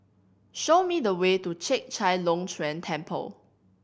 show me the way to Chek Chai Long Chuen Temple